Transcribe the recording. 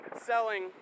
selling